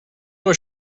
was